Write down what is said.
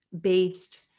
based